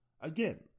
again